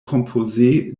composé